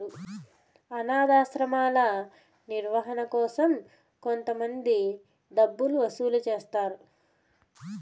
అనాధాశ్రమాల నిర్వహణ కోసం కొంతమంది డబ్బులు వసూలు చేస్తారు